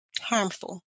harmful